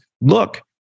look